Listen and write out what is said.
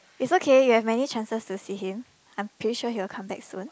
is okay you have many chances to see him I'm pretty sure he will come back soon